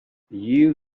you